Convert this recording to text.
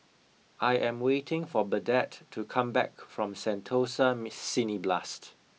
I am waiting for Burdette to come back from Sentosa Miss Cineblast